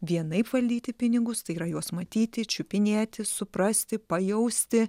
vienaip valdyti pinigus tai yra juos matyti čiupinėti suprasti pajausti